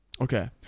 okay